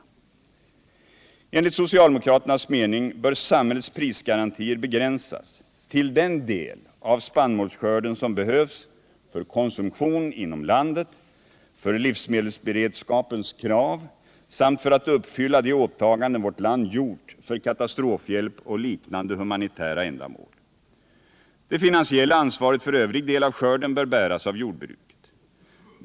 Nr 54 Enligt socialdemokraternas mening bör samhällets prisgarantier begränsas till den del av spannmålsskörden som behövs för konsumtion inom landet, för livsmedelsberedskapens krav samt för att uppfylla de åtaganden vårt land gjort för katastrofhjälp och liknande humanitära än — Jordbrukspolitidamål. Det finansiella ansvaret för övrig del av skörden bör bäras av ken, m.m. jordbruket.